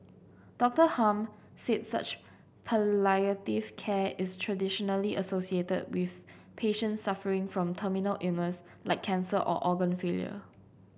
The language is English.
Doctor Hum said such palliative care is traditionally associated with patients suffering from terminal illness like cancer or organ failure